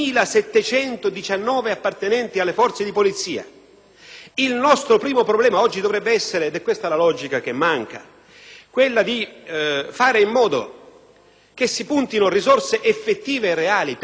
Il nostro primo problema oggi dovrebbe essere - ed è questa la logica che manca - fare in modo che si individuino risorse effettive, reali per migliorare la capacità di presenza delle forze di polizia.